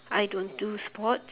I don't do sports